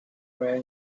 tri